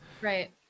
Right